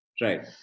Right